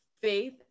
faith